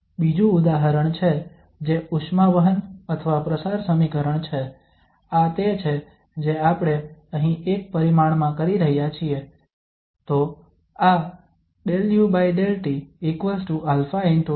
બીજું ઉદાહરણ છે જે ઉષ્મા વહન અથવા પ્રસાર સમીકરણ છે આ તે છે જે આપણે અહીં એક પરિમાણમાં કહી રહ્યા છીએ